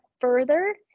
further